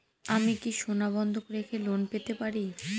আমি কি সোনা বন্ধক রেখে লোন পেতে পারি?